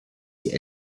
die